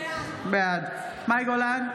בעד מאי גולן,